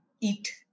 eat